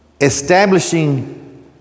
establishing